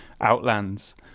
Outlands